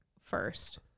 first